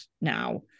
now